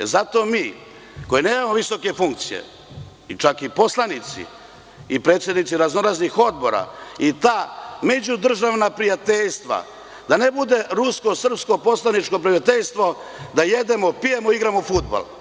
Zato mikoji nemamo visoke funkcije, čak i poslanici i predsednici raznoraznih odbora i ta međudržavna prijateljstva, da ne bude rusko-srpsko poslaničko prijateljstvo, da jedemo, pijemo i igramo fudbal.